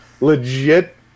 Legit